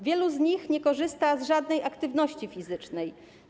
Wielu z nich nie korzysta z żadnej aktywności fizycznej.